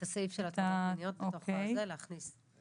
את הסעיף של הטרדות מיניות להכניס לתוך זה.